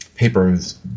Papers